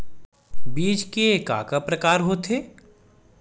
बीज के का का प्रकार होथे?